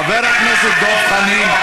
חבר הכנסת דב חנין,